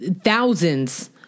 thousands